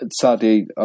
sadly